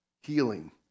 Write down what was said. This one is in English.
healing